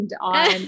on